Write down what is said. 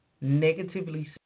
negatively